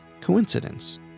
Coincidence